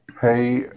Hey